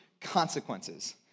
Consequences